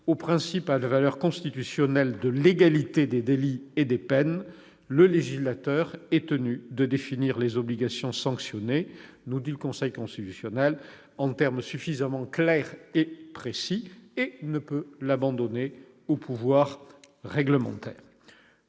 au principe à valeur constitutionnelle de légalité des délits et des peines. En effet, le législateur est tenu de définir les obligations sanctionnées, nous dit le Conseil constitutionnel, « en termes suffisamment clairs et précis » et ne peut laisser cette tâche au pouvoir réglementaire.